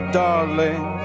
darling